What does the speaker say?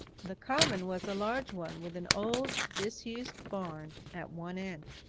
the common was a large one with an old disused barn at one end.